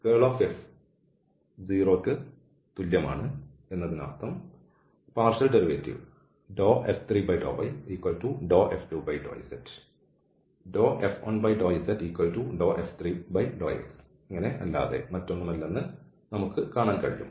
കേൾ F 0 ന് തുല്യമാണ് എന്നതിനർത്ഥം ഈ ഭാഗിക ഡെറിവേറ്റീവ് F3∂yF2∂z F1∂zF3∂xഎന്നല്ലാതെ മറ്റൊന്നുമല്ലെന്ന് നമുക്ക് കാണാൻ കഴിയും